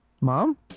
Mom